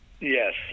Yes